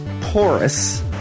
porous